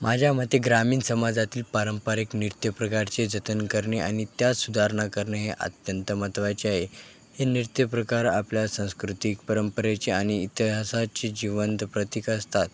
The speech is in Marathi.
माझ्या मते ग्रामीण समाजातील पारंपरिक नृत्य प्रकारचे जतन करणे आणि त्यात सुधारणा करणे हे अत्यंत महत्त्वाचे आहे हे नृत्य प्रकार आपल्या सांस्कृतिक परंपरेचे आणि इतिहासाचे जिवंत प्रतीक असतात